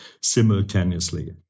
simultaneously